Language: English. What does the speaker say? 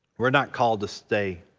we're not called to stay